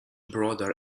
broader